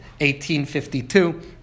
1852